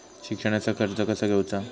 शिक्षणाचा कर्ज कसा घेऊचा हा?